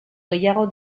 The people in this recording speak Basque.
gehiago